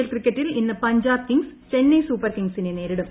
L ക്രിക്കറ്റിൽ ഇന്ന് Punjab kings eleven Chennai super കിംഗ്സിനെ നേരിടും